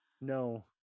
No